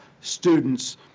students